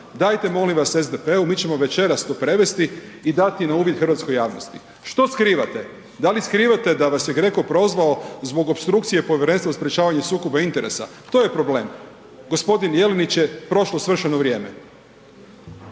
Dajte molim vas SDP-u, mi ćemo večeras to prevesti i dati na uvid hrvatskoj javnosti. Što skrivate? Da li skrivate da vas je GRCO prozvao zbog opstrukcije Povjerenstva za sprječavanje sukoba interesa? To je problem. Gospodin Jelinić je prošlo svršeno vrijeme.